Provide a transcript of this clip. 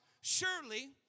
surely